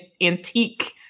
antique